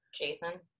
Jason